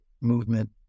movement